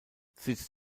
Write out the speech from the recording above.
sitz